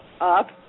up